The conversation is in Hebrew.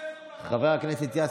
חושפת אותם עוד ועוד ועוד.